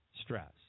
stress